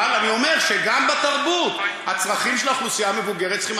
אבל אני אומר שגם בתרבות הצרכים של האוכלוסייה המבוגרת צריכים,